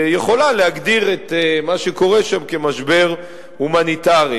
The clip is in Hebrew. יכולה להגדיר את מה שקורה שם כמשבר הומניטרי.